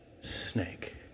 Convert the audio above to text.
snake